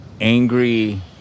angry